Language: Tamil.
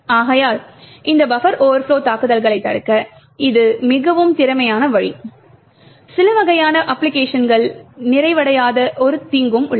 ஆகையால் இந்த பஃபர் ஓவர்ப்லொ தாக்குதல்களைத் தடுக்க இது மிகவும் திறமையான வழி சில வகையான அப்பிளிகேஷன்கள் நிறைவடையாத ஒரு தீங்கும் உள்ளது